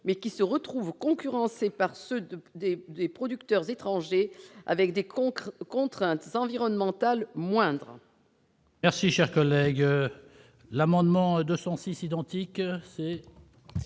et qui se trouvent concurrencés par ceux de producteurs étrangers ayant des contraintes environnementales moindres.